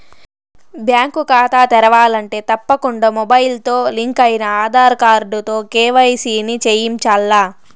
bank కాతా తెరవాలంటే తప్పకుండా మొబయిల్తో లింకయిన ఆదార్ కార్డుతో కేవైసీని చేయించాల్ల